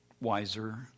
wiser